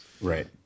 Right